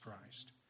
Christ